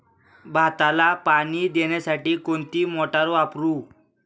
भाताला पाणी देण्यासाठी कोणती मोटार वापरू?